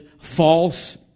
false